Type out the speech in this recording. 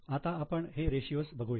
आता आपण हे रेशियो बघूया